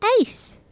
ace